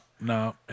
no